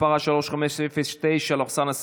שמספרה 3633/24,